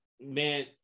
Man